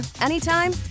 anytime